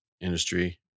industry